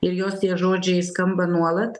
ir jos tie žodžiai skamba nuolat